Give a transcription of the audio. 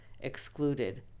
excluded